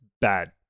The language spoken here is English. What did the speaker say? bad